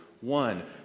One